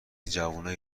جوونای